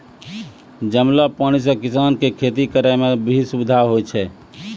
जमलो पानी से किसान के खेती करै मे भी सुबिधा होय छै